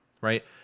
right